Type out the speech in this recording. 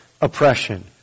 oppression